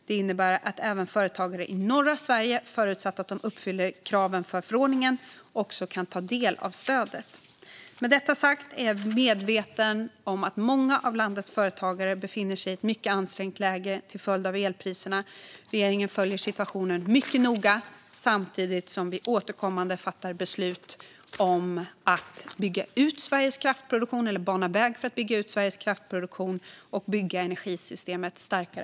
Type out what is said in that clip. Det innebär att även företagare i norra Sverige, förutsatt att de uppfyller kraven i förordningen, kan ta del av stödet. Med detta sagt är jag medveten om att många av landets företagare befinner sig i ett mycket ansträngt läge till följd av elpriserna. Regeringen följer situationen mycket noga samtidigt som vi återkommande fattar beslut om att bygga ut Sveriges kraftproduktion, eller banar väg för att bygga ut Sveriges kraftproduktion och bygga energisystemet som helhet starkare.